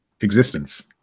existence